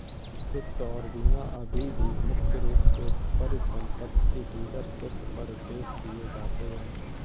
वित्त और बीमा अभी भी मुख्य रूप से परिसंपत्ति डीलरशिप पर पेश किए जाते हैं